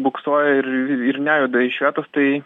buksuoja ir ir nejuda iš vietos tai